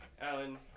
Alan